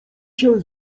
się